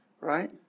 right